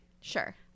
sure